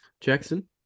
Jackson